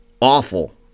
awful